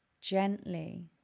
Gently